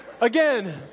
Again